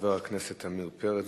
חבר הכנסת עמיר פרץ,